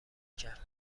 کرد